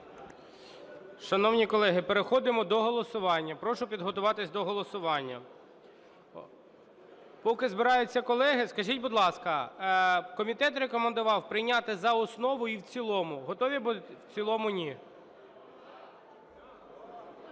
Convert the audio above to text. Шановні колеги, переходимо до голосування. Прошу підготуватись до голосування. Поки збираються колеги, скажіть, будь ласка, комітет рекомендував прийняти за основу і в цілому. Готові… В цілому – ні.